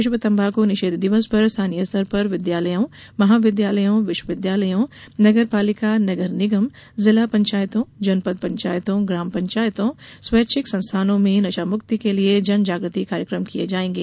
विश्व तम्बाखू निषेध दिवस पर स्थानीय स्तर पर विद्यालयों महाविद्यालयों विश्वविद्यालयों नगरपालिका नगर निगम जिला पंचायतों जनपद पंचायतों ग्राम पंचायतों स्वैच्छिक संस्थाओं में नशा मुक्ति के लिये जन जागृति कार्यक्रम किये जायेंगे